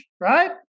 right